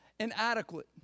Inadequate